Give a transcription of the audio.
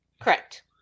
Correct